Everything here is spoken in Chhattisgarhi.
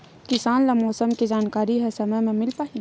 किसान ल मौसम के जानकारी ह समय म मिल पाही?